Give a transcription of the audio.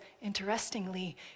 interestingly